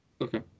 Okay